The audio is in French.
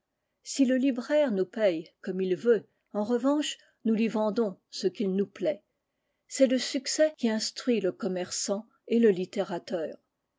si le libraire nous paye comme il veut en revanche nous lui vendons ce qu'il nous plaît c'est le succès qui instruit le commerçant et le littérateur